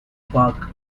park